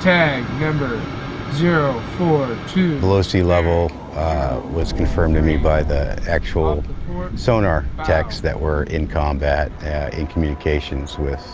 tag number you know forty two below sea level was confirmed to me by the actual sonar techs that were in combat in communications with